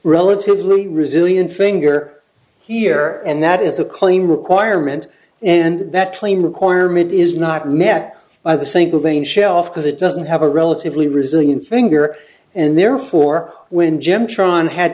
relatively resilient finger here and that is a claim requirement and that claim requirement is not met by the single grain shelf because it doesn't have a relatively resilient finger and therefore when jim tron had